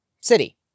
city